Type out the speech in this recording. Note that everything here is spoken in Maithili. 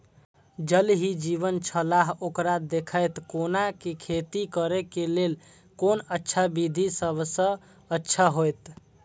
ज़ल ही जीवन छलाह ओकरा देखैत कोना के खेती करे के लेल कोन अच्छा विधि सबसँ अच्छा होयत?